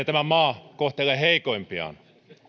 tämä maa kohtelee heikoimpiaan